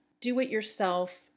do-it-yourself